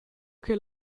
che